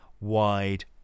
wide